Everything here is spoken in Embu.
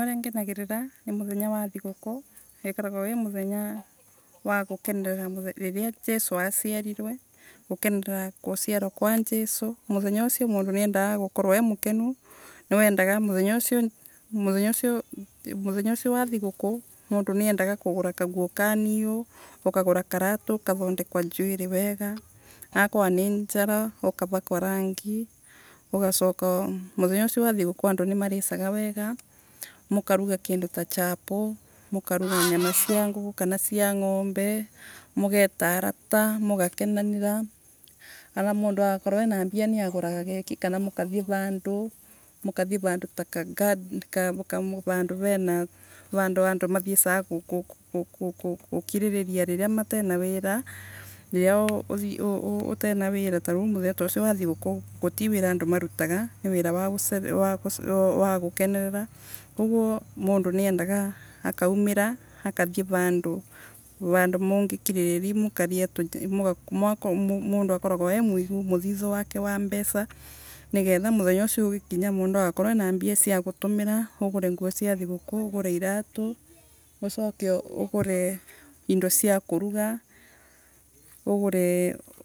Ngenagirira nimuthenya wa thiguku, na ukoragwa wi muthenya wa gukenerera riria Jesu asiarirwe. Gukenerera guciarwa kwa Jesu. Muthenya ucio mundu niendaga gukonoa e mukonu. Niendaga muthenya ucio muthenya ucio wa thiguku mundu niendaga kugura kaguo ka niuu. Ukagura karatu, ukathondekwa njwiri wega, akorwa ni njara ukavakwa rangi. ugacoka, muthenya ucio wa thiguku andu nimaricaga wega, mukaruga kindu ta chapo mukaruga nyama cia nguku kana cia ngombe. Mugeta aorta, mugakenanira. Ana mundu agakorwa ena mbia niaguraga keki. Kana mukathie vandu ta kaka vandu vena vandu andu mathiecaga ku kugukiririria riria matciina wira. Riria utena wina tanu muthenya ucio wa thiguku gutiwira andu marutaga. Ni wirawa gukenanirira. Koguo mundu niendaga akaumira akathie vandu vandu mungiikiriria. Mundu akoragwa emugu muthithu wake wa mbeca nigetha. Muthenya ucio nginya mundu agakorwa ena, mbia cia gutumira, ugure nguo cia thiguku, ugure, iratu ucoke ugure indo cia kuruga ugureeee